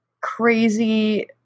crazy